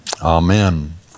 amen